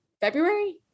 February